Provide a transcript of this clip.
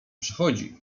przechodzi